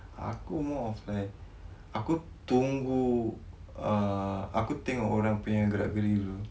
aku more of like aku tunggu uh aku tengok orang punya gerak geri dulu how they react